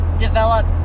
Develop